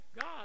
God